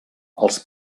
els